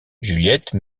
juliette